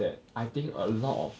that I think a lot of